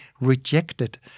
rejected